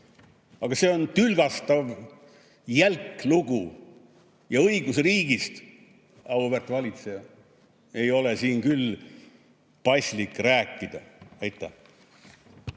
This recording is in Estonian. Aga see on tülgastav, jälk lugu. Õigusriigist, auväärt valitseja, ei ole siin küll paslik rääkida. Aitäh!